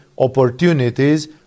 opportunities